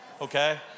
Okay